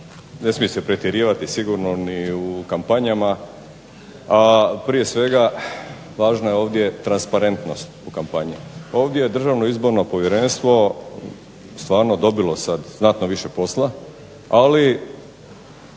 ne smije se pretjerivati sigurno ni u kampanjama,a prije svega važna je ovdje transparentnost u kampanji. Ovdje je Državno izborno povjerenstvo stvarno dobilo sad znatno više posla, ali